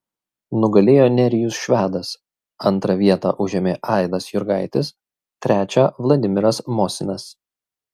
nugalėjo nerijus švedas antrą vietą užėmė aidas jurgaitis trečią vladimiras mosinas